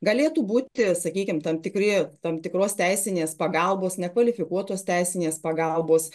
galėtų būti sakykim tam tikri tam tikros teisinės pagalbos nekvalifikuotos teisinės pagalbos